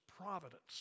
providence